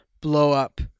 blow-up